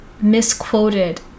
misquoted